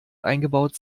eingebaut